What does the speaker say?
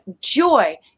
joy